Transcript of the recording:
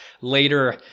later